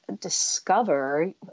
discover